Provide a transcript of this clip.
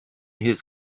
his